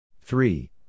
Three